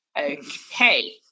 Okay